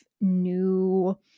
new